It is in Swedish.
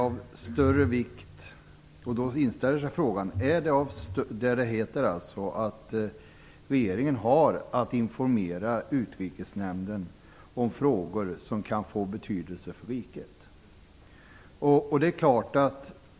Där heter det att regeringen har att informera Utrikesnämnden om frågor som kan få betydelse för riket.